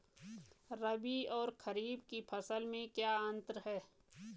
रबी और खरीफ की फसल में क्या अंतर है?